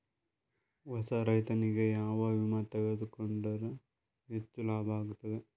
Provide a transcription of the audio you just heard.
ಹೊಸಾ ರೈತನಿಗೆ ಯಾವ ವಿಮಾ ತೊಗೊಂಡರ ಹೆಚ್ಚು ಲಾಭ ಆಗತದ?